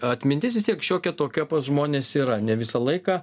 atmintis vis tiek šiokia tokia pas žmones yra ne visą laiką